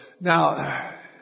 Now